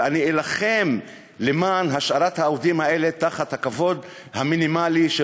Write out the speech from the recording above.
ואלחם למען השארת העובדים האלה עם הכבוד המינימלי של